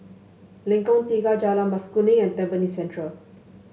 Lengkong Tiga Jalan Mas Kuning and Tampines Central